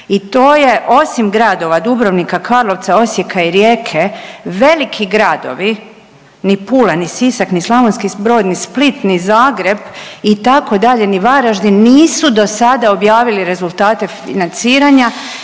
I to je, osim gradova Dubrovnika, Karlovca, Osijeka i Rijeke veliki gradovi ni Pula, ni Sisak, ni Slavonski Brod, ni Split, ni Zagreb itd., ni Varaždin nisu dosada objavili rezultate financiranja